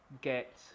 get